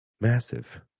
massive